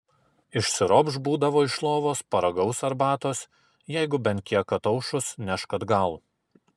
išsiropš būdavo iš lovos paragaus arbatos jeigu bent kiek ataušus nešk atgal